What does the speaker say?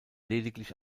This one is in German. lediglich